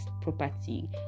property